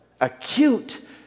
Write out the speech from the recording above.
Acute